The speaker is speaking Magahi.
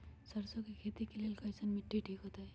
सरसों के खेती के लेल कईसन मिट्टी ठीक हो ताई?